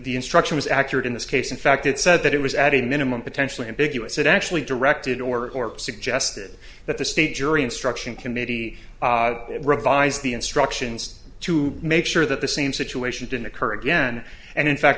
the instruction was accurate in this case in fact it said that it was at a minimum potentially ambiguous it actually directed or suggested that the state jury instruction committee revise the instructions to make sure that the same situation didn't occur again and in fact